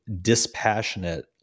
dispassionate